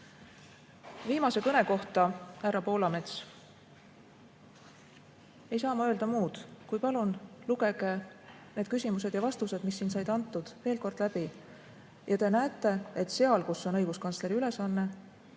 Viimase kõne kohta, härra Poolamets, ei saa ma öelda muud, kui et palun lugege need küsimused ja vastused, mis siin said antud, veel kord läbi ja te näete, et seal, kus on õiguskantsleril ülesanne,